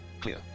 Clear